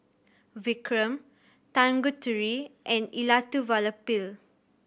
Vikram Tanguturi and Elattuvalapil